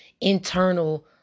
internal